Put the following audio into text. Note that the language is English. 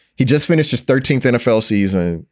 he just finished just thirteenth nfl season.